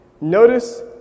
Notice